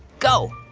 go